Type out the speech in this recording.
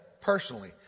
personally